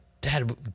Dad